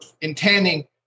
intending